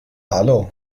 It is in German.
hallo